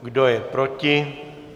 Kdo je proti?